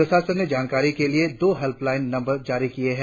प्रशासन ने जानकारी के लिए दो हेल्पलाइन नंबर जारी किए है